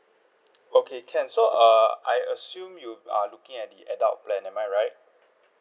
okay can so err I assume you are looking at the adult plan am I right